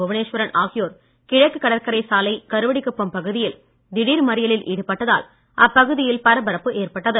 புவனேஸ்வரன் ஆகியோர் கிழக்கு கடற்கரை சாலை கருவடிக்குப்பம் பகுதியில் திடீர் மறியலில் ஈடுபட்டதால் அப்பகுதியில் பரபரப்பு ஏற்பட்டது